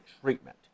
treatment